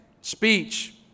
speech